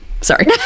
Sorry